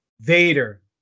Vader